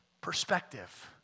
perspective